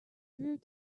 through